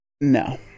No